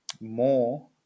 more